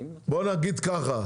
בואו נגיד ככה,